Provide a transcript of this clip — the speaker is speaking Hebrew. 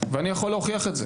ואני יכול להוכיח את זה